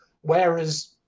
whereas